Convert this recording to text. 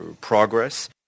progress